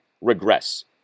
regress